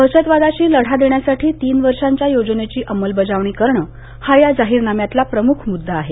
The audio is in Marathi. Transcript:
दहशतवादाशी लढा देण्यासाठी तीन वर्षांच्या योजनेची अंमलबजावणी करणं हा या जाहीरनाम्यातला प्रमुख मुद्दा आहे